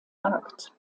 markt